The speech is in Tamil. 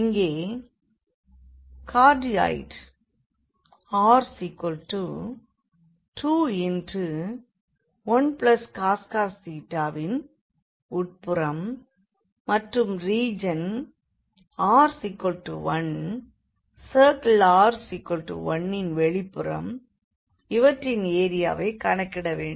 இங்கே கார்டியாய்டு r21cos θ ன் உட்புறம் மற்றும் region r1 circle r1ன் வெளிப்புறம் இவற்றின் ஏரியாவைக் கணக்கிட வேண்டும்